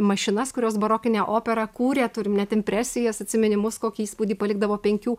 mašinas kurios barokinę operą kūrė turim net impresijas atsiminimus kokį įspūdį palikdavo penkių